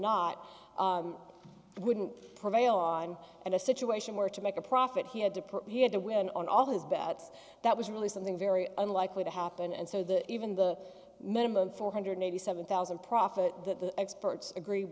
not wouldn't prevail on in a situation where to make a profit he had to prove he had to win on all his bets that was really something very unlikely to happen and so the even the minimum four hundred eighty seven thousand profit that the experts agree